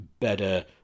better